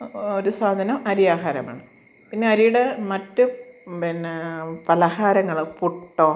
ഒരു സാധനം അരി ആഹാരമാണ് പിന്നെ അരിയുടെ മറ്റു പിന്നെ പലഹാരങ്ങൾ പുട്ടോ